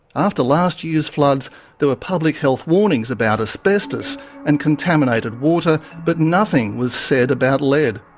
after last year's floods there were public health warnings about asbestos and contaminated water, but nothing was said about lead.